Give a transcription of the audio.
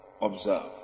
Observe